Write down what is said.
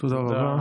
תודה רבה.